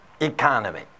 economy